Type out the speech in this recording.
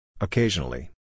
Occasionally